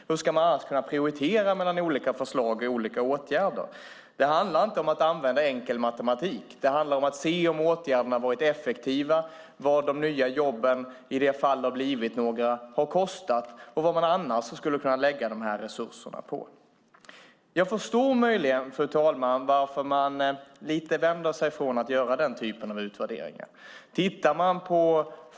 Hur ska man annars kunna prioritera mellan olika förslag och olika åtgärder? Det handlar inte om att använda enkel matematik. Det handlar om att se om åtgärderna har varit effektiva, vad de nya jobben - i de fall det har blivit några - har kostat och vad man annars skulle ha kunnat lägga resurserna på. Jag förstår möjligen varför man lite vänder sig mot att göra den typen av utvärderingar.